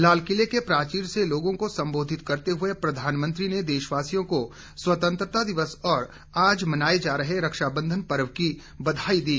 लाल किले के प्राचीर से लोगों को संबोधित करते हुए प्रधानमंत्री ने देशवासियों को स्वतंत्रता दिवस और आज मनाए जा रहे रक्षा बंधन पर्व की बधाई दी